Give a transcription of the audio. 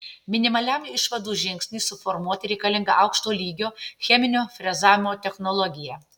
minimaliam išvadų žingsniui suformuoti reikalinga aukšto lygio cheminio frezavimo technologija